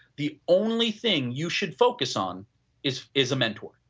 the only thing you should focus on is is a mentor,